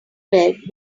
bed